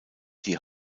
die